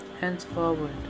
henceforward